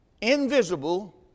invisible